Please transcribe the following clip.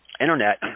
internet